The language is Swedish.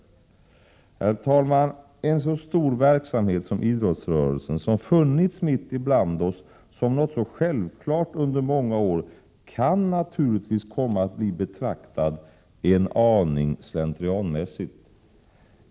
Herr talman! En så stor verksamhet som idrottsrörelsen, som funnits mitt ibland oss som någonting så självklart under många år, kan naturligtvis komma att bli betraktad en aning slentrianmässigt.